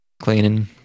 cleaning